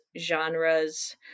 genres